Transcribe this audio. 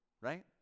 Right